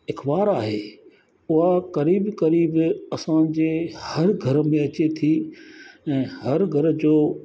अखबार आहे या क़रीब क़रीब असांजे हर घर में अचे थी हर घर जो